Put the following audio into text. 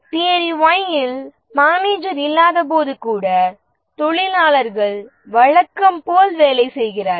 theory Y இல் manager இல்லாதபோது கூட தொழிலாளர்கள் வழக்கம் போல் வேலை செய்கிறார்கள்